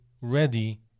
ready